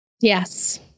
Yes